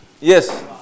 Yes